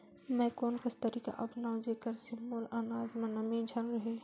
मैं कोन कस तरीका अपनाओं जेकर से मोर अनाज म नमी झन रहे?